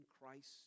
Christ